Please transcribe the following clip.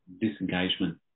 disengagement